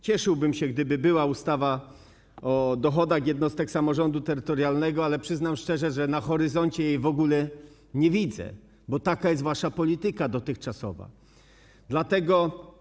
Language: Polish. Cieszyłbym się, gdyby była ustawa o dochodach jednostek samorządu terytorialnego, ale przyznam szczerze, że na horyzoncie jej w ogóle nie widzę, bo taka jest wasza dotychczasowa polityka.